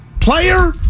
player